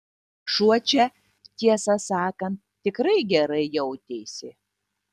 šuo čia tiesą sakant tikrai gerai jautėsi